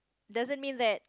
doesn't mean that